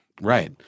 Right